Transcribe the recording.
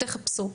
תחפשו.